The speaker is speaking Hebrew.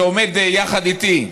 שעומד יחד איתי,